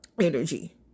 energy